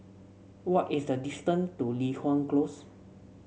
what is the distance to Li Hwan Close